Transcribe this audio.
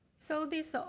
so this so